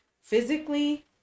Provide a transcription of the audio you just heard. physically